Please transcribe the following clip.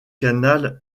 canal